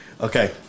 okay